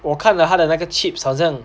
我看了他的那个 chips 好像